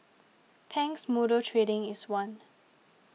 Pang's Motor Trading is one